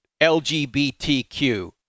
LGBTQ